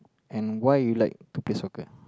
and why you like to play soccer